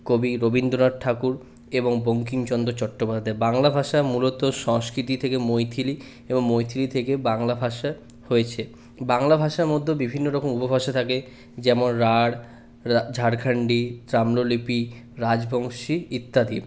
কবি রবীন্দ্রনাথ ঠাকুর এবং বঙ্কিমচন্দ্র চট্টোপাধ্যায় বাংলা ভাষায় মূলত সংস্কৃতি থেকে মৈথিলী এবং মৈথিলী থেকে বাংলা ভাষায় হয়েছে বাংলা ভাষার মধ্যেও বিভিন্ন রকম উপভাষা থাকে যেমন রাঢ় ঝাড়খন্ডি তাম্রলিপি রাজবংশী ইত্যাদি